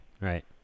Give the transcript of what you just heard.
Right